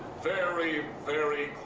very very